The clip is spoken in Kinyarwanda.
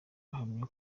ahamya